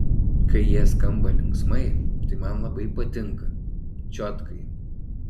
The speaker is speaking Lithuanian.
kai jie skamba linksmai tai man labai patinka čiotkai